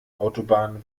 autobahn